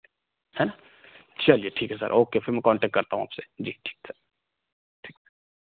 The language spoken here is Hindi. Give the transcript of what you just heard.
है ना चलिए ठीक है सर ओके फिर मैं कोन्टेक्ट करता हूँ आपसे जी ठीक सर ठीक